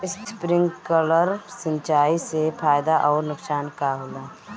Sprinkler सिंचाई से फायदा अउर नुकसान का होला?